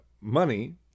money